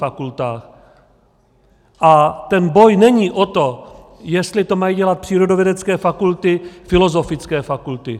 A ten boj není o to, jestli to mají dělat přírodovědecké fakulty, filozofické fakulty.